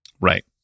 right